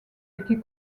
été